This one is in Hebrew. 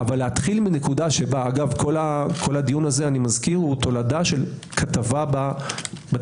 אבל להתחיל מנקודה אגב כל הדיון הזה הוא תולדה של כתבה בתקשורת.